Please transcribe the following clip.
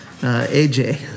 AJ